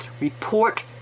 report